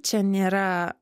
čia nėra